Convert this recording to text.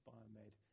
Biomed